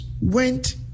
went